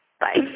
Bye